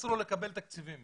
אסור לו לקבל תקציבים,